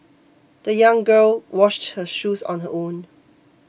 the young girl washed her shoes on her own